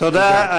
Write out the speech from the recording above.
תודה.